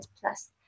plus